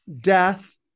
death